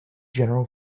general